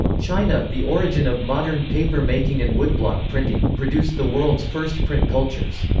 china, the origin of modern paper making and woodblock printing, produced the world's first print cultures.